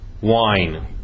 wine